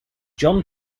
john